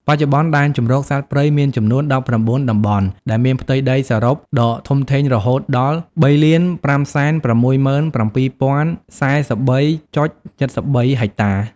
បច្ចុប្បន្នដែនជម្រកសត្វព្រៃមានចំនួន ១៩ តំបន់ ដែលមានផ្ទៃដីសរុបដ៏ធំធេងរហូតដល់ ៣,៥៦៧,០៤៣.៧៣ ហិកតា។